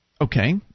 Okay